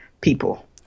people